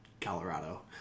Colorado